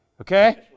okay